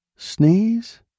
Sneeze